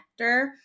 connector